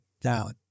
down